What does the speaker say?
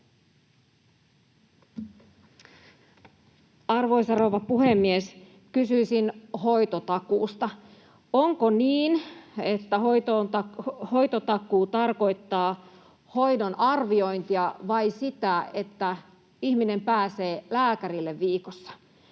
Arvoisa rouva puhemies! Kysyisin hoitotakuusta: onko niin, että hoitotakuu tarkoittaa hoidon arviointia vai sitä, että ihminen pääsee lääkärille viikossa?